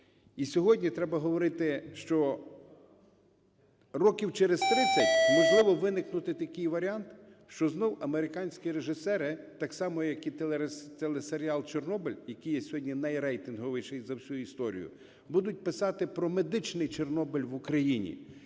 І сьогодні треба говорити, що років через 30 можливо виникне такий варіант, що знову американські режисери, так само як і телесеріал "Чорнобиль", який є сьогодні найрейтинговіший за всю історію, будуть писати про "медичний Чорнобиль" в Україні